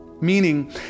meaning